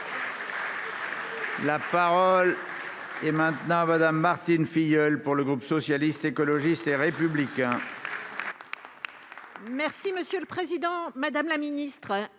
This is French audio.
La parole est à Mme Martine Filleul, pour le groupe Socialiste, Écologiste et Républicain.